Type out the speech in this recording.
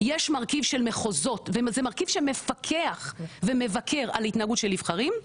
יש מרכיב של מחוזות ומרכיב שמפקח ומבקר על התנהגות של נבחרים,